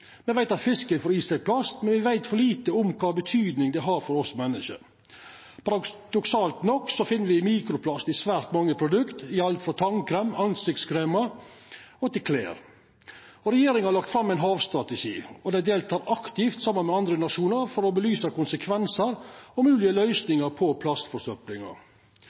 Me veit at fisken får i seg plast, men me veit for lite om kva betyding det har for oss menneske. Paradoksalt nok finn me mikroplast i svært mange produkt, i alt frå tannkrem og ansiktskremar til klede. Regjeringa har lagt fram ein havstrategi og deltar aktivt saman med andre nasjonar for å belysa konsekvensar og moglege løysingar for plastforsøplinga.